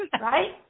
Right